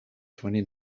twenty